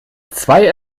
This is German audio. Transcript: zwei